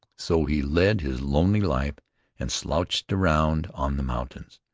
so he led his lonely life and slouched around on the mountains,